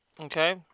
Okay